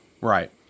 Right